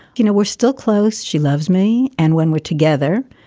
you know, we're still close. she loves me. and when we're together,